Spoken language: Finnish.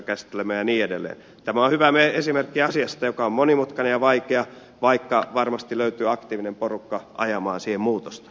tämä on hyvä esimerkki asiasta joka on monimutkainen ja vaikea vaikka varmasti löytyy aktiivinen porukka ajamaan siihen muutosta